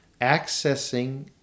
accessing